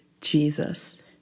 Jesus